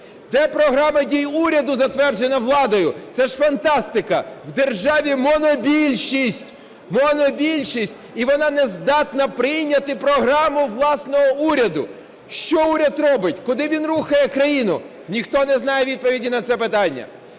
Де програма дій уряду, затверджена владою? Це ж фантастика! В державі монобільшість! Монобільшість! І вона не здатна прийняти програму власного уряду. Що уряд робить? Куди він рухає країну? Ніхто не знає відповіді на це питання.